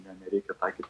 ne nereikia taikyt